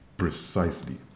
Precisely